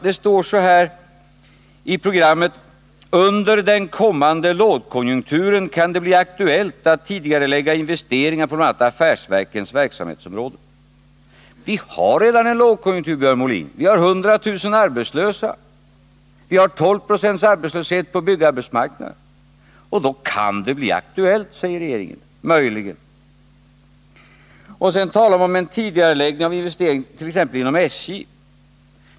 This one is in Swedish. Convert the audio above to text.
Det stod så här i programmet: Under den kommande lågkonjunkturen kan det bli aktuellt att tidigarelägga investeringar på bl.a. affärsverkens verksamhetsområden. Vi har redan en lågkonjunktur, Björn Molin! Vi har 100 000 arbetslösa, vi har 12 20 arbetslöshet på byggarbetsmarknaden — då kan det bli aktuellt, möjligen, säger regeringen, med en tidigareläggning av investeringar inom t.ex. SJ.